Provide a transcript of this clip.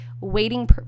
waiting